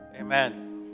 Amen